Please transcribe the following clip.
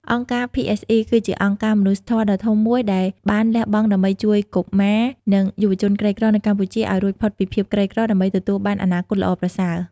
អង្គការភីអេសអុី (PSE) គឺជាអង្គការមនុស្សធម៌ដ៏ធំមួយដែលបានលះបង់ដើម្បីជួយកុមារ និងយុវជនក្រីក្រនៅកម្ពុជាឱ្យរួចផុតពីភាពក្រីក្រ ដើម្បីទទួលបានអនាគតល្អប្រសើរ។